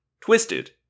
twisted